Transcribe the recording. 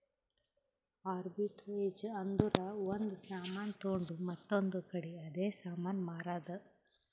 arbitrage ಅಂದುರ್ ಒಂದ್ ಸಾಮಾನ್ ತೊಂಡು ಮತ್ತೊಂದ್ ಕಡಿ ಅದೇ ಸಾಮಾನ್ ಮಾರಾದ್